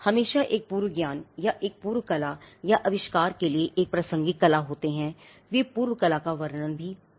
हमेशा एक पूर्व ज्ञान या एक पूर्व कला या आविष्कार के लिए एक प्रासंगिक कला होते हैं वे पूर्व कला का वर्णन हो सकते हैं